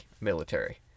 military